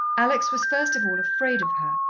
alex was first of all afraid of her,